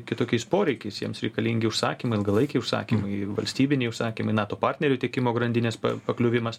kitokiais poreikiais jiems reikalingi užsakymai ilgalaikiai užsakymai valstybiniai užsakymai nato partnerių tiekimo grandinės pakliuvimas